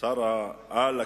שר-העל הכלכלי,